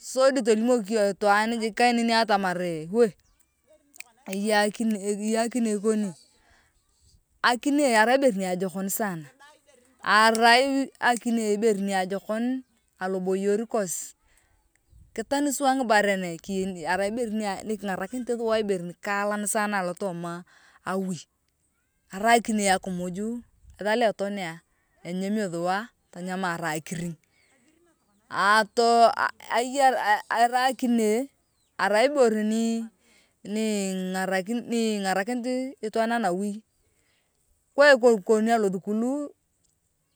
Sodi tolimok iyong itwaan jik kaneni atamar woeee eyei akina eyei akine ikoni akine arai ibere niajokon sana arai akine ibere niajokon aloboyer kosi kitani sua ngibaren arai ibere nikingarakinit sua ibere nikaalan sana alotooma awi ara akine akimuj ethea loa tenia enyemio thua tanyamae akiring arai akine arai ibore niii niingarakinit itwaan anawi kwai koku kon alothukul